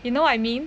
you know what I mean